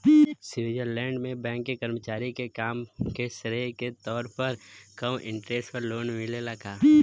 Switzerland में bank के कर्मचारी के काम के श्रेय के तौर पर कम इंटरेस्ट पर लोन मिलेला का?